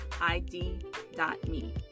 ID.me